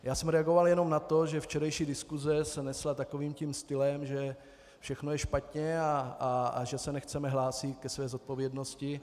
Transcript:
Já jsem reagoval jenom na to, že včerejší diskuse se nesla takovým tím stylem, že všechno je špatně a že se nechceme hlásit ke své zodpovědnosti.